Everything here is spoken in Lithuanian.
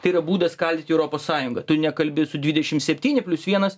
tai yra būdas skaldyti europos sąjungą tu nekalbi su dvidešim septyni plius vienas